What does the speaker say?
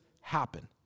happen